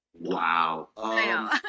Wow